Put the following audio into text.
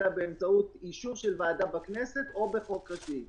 באמצעות אישור של ועדה בכנסת או בחוק ראשי.